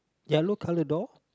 yellow color door